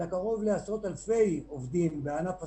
אלא קרוב לעשרות-אלפי עובדים בענף הזכוכית,